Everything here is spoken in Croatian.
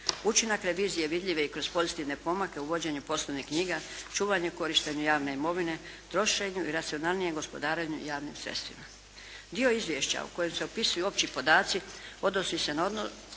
Učinak revizije vidljiv je i kroz pozitivne pomake u vođenju poslovnih knjiga, čuvanje i korištenje javne imovine, trošenju i racionalnijem gospodarenju javnim sredstvima. Dio izvješća u kojem se opisuju opći podaci odnosi se na osnovne